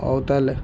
ହଉ ତାହେଲେ